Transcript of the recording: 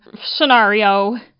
scenario